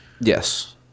Yes